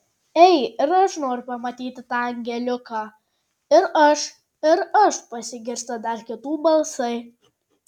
ei ir aš noriu pamatyti tą angeliuką ir aš ir aš pasigirsta dar kitų balsai